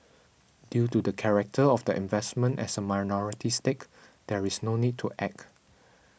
due to the character of the investment as a minority stake there is no need to act